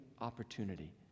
opportunity